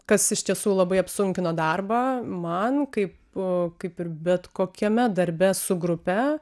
kas iš tiesų labai apsunkino darbą man kaip kaip ir bet kokiame darbe su grupe